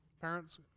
Parents